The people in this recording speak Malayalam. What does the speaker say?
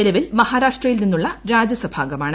നിലവിൽ മഹാരാഷ്ട്രയിൽ നിന്നുള്ള രാജ്യസഭാ അംഗമാണ്